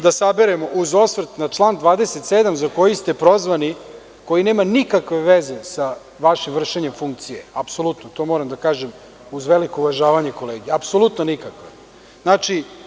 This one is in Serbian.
Da saberemo, uz osvrt na član 27. za koji ste prozvani, koji nema nikakve veze sa vašim vršenjem funkcije, apsolutno, to moram da kažem uz veliko uvažavanje kolege, apsolutno nikakve.